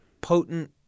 potent